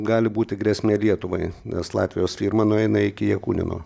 gali būti grėsmė lietuvai nes latvijos firma nueina iki jakunino